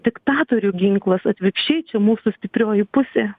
diktatorių ginklas atvirkščiai čia mūsų stiprioji pusė